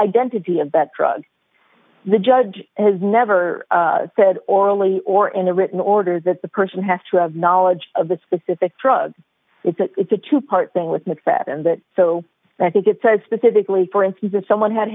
identity of that drug the judge has never said orally or in a written order that the person has to have knowledge of the specific drug it's a it's a two part thing with mcfadden that so i think it says specifically for instance that someone had